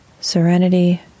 serenity